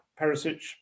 Perisic